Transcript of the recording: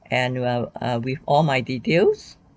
and well err with all my details